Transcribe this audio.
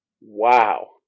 Wow